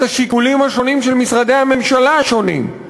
השיקולים השונים של משרדי הממשלה השונים,